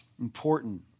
important